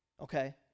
Okay